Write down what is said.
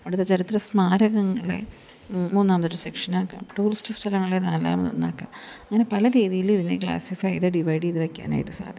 അവിടുത്തെ ചരിത്ര സ്മാരകങ്ങളെ മൂന്നാമതൊരു സെക്ഷനാക്കാം ടൂറിസ്റ്റ് സ്ഥലങ്ങളെ നാലാമതൊന്നാക്കാം അങ്ങനെ പല രീതിയിൽ ഇതിനെ ഗ്ലാസിഫൈ ചെയ്ത് ഡിവൈഡ് ചെയ്ത് വയ്ക്കാനായിട്ട് സാധിക്കും